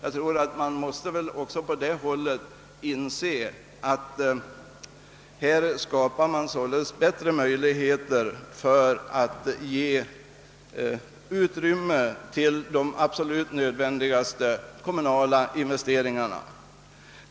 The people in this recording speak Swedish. Även de måste inse att avgiften skapar bättre utrymme för de nödvändiga kommunala investeringarna.